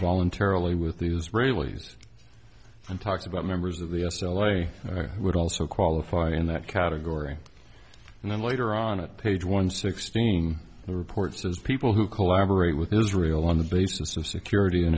voluntarily with the israelis and talks about members of the s l a would also qualify in that category and then later on it page one sixteen the report says people who collaborate with israel on the basis of security